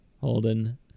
holden